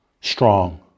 strong